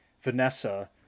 vanessa